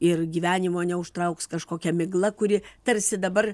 ir gyvenimo neužtrauks kažkokia migla kuri tarsi dabar